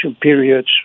periods